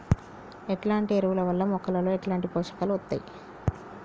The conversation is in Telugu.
ఎట్లాంటి ఎరువుల వల్ల మొక్కలలో ఎట్లాంటి పోషకాలు వత్తయ్?